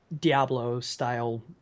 Diablo-style